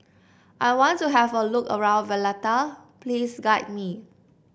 I want to have a look around Valletta please guide me